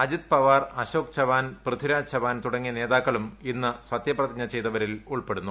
അജിത് പവാർ അശോക് ചവാൻ പ്രിഥിരാജ് ചവാൻ തുടങ്ങിയ നേതാക്കളും ഇന്ന് സത്യപ്രതിജ്ഞ ചെയ്തവരിൽ ഉൾപ്പെടുന്നു